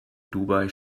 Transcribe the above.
dubai